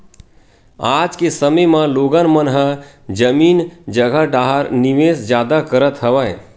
आज के समे म लोगन मन ह जमीन जघा डाहर निवेस जादा करत हवय